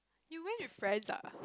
you went with friends ah